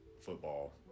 football